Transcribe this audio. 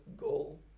goal